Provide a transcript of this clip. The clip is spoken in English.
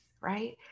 right